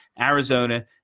Arizona